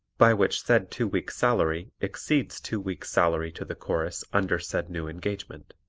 by which said two weeks' salary exceeds two weeks' salary to the chorus under said new engagement.